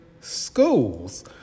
schools